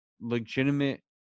legitimate